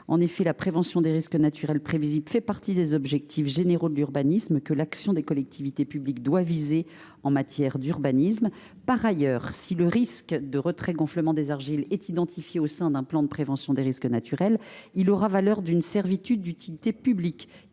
En effet, la prévention des risques naturels prévisibles fait partie des objectifs généraux de l’urbanisme que l’action des collectivités publiques doit viser. Par ailleurs, si le risque de retrait gonflement des argiles est identifié au sein d’un plan de prévention des risques naturels, il aura valeur d’une servitude d’utilité publique